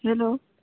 hello